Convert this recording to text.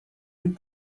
and